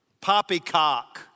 Poppycock